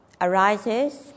arises